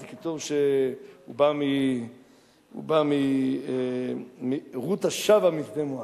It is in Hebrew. אז כתוב שהוא בא מרות השבה משדה מואב.